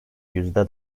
yüzde